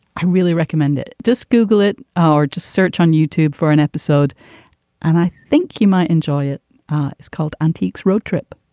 i really recommend it. just google it our search on youtube for an episode and i think you might enjoy it is called antiques road trip.